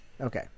Okay